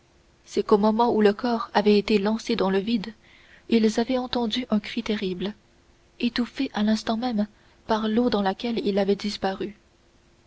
c'est qu'au moment où le corps avait été lancé dans le vide ils avaient entendu un cri terrible étouffé à l'instant même par l'eau dans laquelle il avait disparu